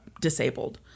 disabled